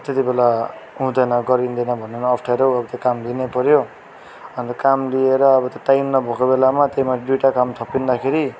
त्यतिबेला हुँदैन गरिँन्दैन भन्नु पनि अप्ठ्यारो त्यो काम लिनै पऱ्यो अन्त काम लिएर अब त्यो टाइम नभएको बेलामा त्यहीमाथि दुइटा काम थपिँदाखेरि